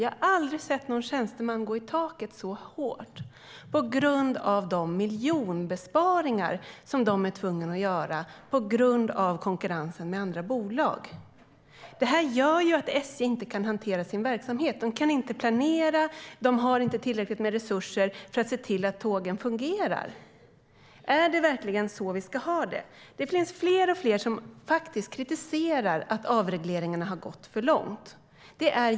Jag har aldrig sett någon tjänsteman gå i taket på det sätt som han gjorde med anledning av de miljonbesparingar som SJ måste göra på grund av konkurrensen från andra bolag. Det gör att SJ inte kan hantera sin verksamhet. De kan inte planera. De har inte tillräckligt med resurser för att se till att tågen fungerar. Är det verkligen så vi ska ha det? Fler och fler kritiserar avregleringarna och anser att de gått för långt.